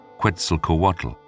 Quetzalcoatl